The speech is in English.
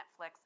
Netflix